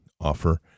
offer